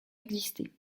exister